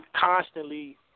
constantly –